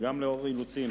וגם בעקבות אילוצים.